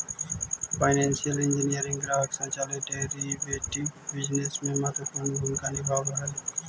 financial engineering ग्राहक संचालित derivative business में महत्वपूर्ण भूमिका निभावऽ हई